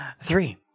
three